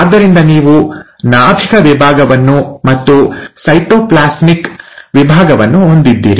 ಆದ್ದರಿಂದ ನೀವು ನಾಭಿಕ ವಿಭಾಗವನ್ನು ಮತ್ತು ಸೈಟೋಪ್ಲಾಸ್ಮಿಕ್ ವಿಭಾಗವನ್ನು ಹೊಂದಿದ್ದೀರಿ